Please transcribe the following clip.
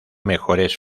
mejores